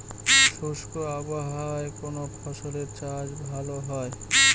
শুষ্ক আবহাওয়ায় কোন ফসলের চাষ ভালো হয়?